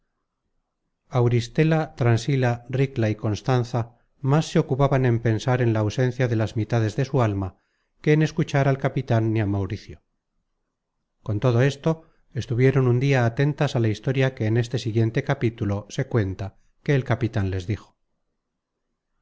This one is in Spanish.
auristela transila ricla y constanza más se ocupaban en pensar en la ausencia de las mitades de su alma que en escuchar al capitan ni á mauricio con todo esto estuvieron un dia atentas á la historia que en este siguiente capítulo se cuenta que el capitan les dijo